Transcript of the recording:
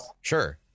sure